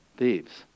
thieves